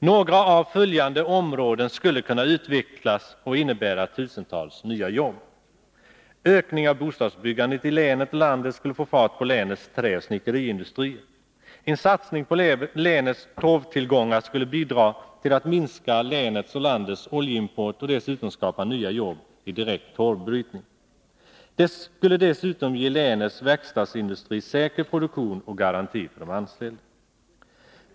Några av följande områden skulle kunna utvecklas och innebära tusentals nya jobb: Ökning av bostadsbyggandet i länet och landet skulle göra att man fick fart på länets träoch snickeriindustrier. En satsning på länets torvtillgångar skulle bidra till att minska länets och landets oljeimport och dessutom skapa nya jobb i direkt torvbrytning. Det skulle dessutom ge länets verkstadsindustri säker produktion och garanti för de anställda.